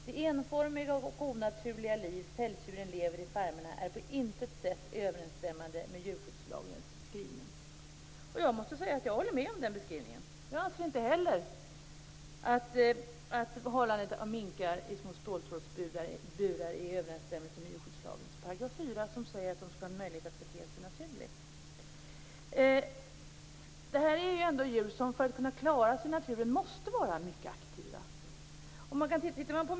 Det enformiga och onaturliga liv pälsdjuren lever i farmerna är på intet sätt överensstämmande med djurskyddslagens skrivning." Jag håller med om den beskrivningen. Jag anser inte heller att hållandet av minkar i små ståltrådsburar är i överensstämmelse med djurskyddslagens 4 § som säger att de skall ha en möjlighet att bete sig naturligt. För att kunna klara sig i naturen måste dessa djur vara mycket aktiva.